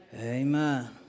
Amen